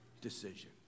decision